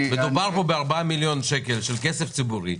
מדובר פה ב-4 מיליון שקלים שהם כסף ציבורי.